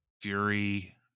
fury